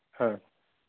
হয়